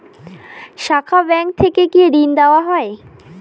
শাখা ব্যাংক থেকে কি ঋণ দেওয়া হয়?